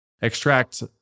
extract